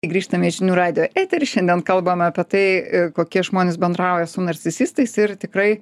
grįžtame į žinių radijo eterį šiandien kalbam apie tai e kokie žmonės bendrauja su narcisistais ir tikrai